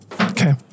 Okay